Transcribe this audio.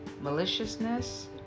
maliciousness